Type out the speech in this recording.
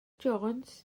jones